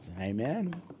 Amen